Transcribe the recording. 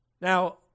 Now